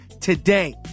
today